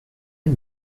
une